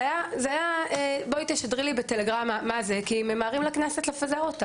זה היה: בואי תשדרי לי בטלגרמה מה זה כי ממהרים לכנסת לפני שהיא תתפזר.